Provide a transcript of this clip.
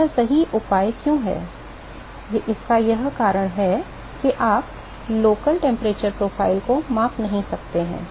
यह सही उपाय क्यों है इसका कारण यह है कि आप स्थानीय तापमान प्रोफ़ाइल को माप नहीं सकते हैं